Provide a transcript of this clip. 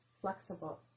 flexible